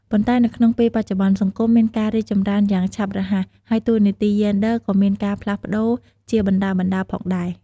ប៉ុន្តែនៅក្នុងពេលបច្ចុប្បន្នសង្គមមានការរីកចម្រើនយ៉ាងឆាប់រហ័ស ហើយតួនាទីយេនឌ័រ ក៏មានការ ផ្លាស់ប្តូរ ជាបណ្តើរៗផងដែរ។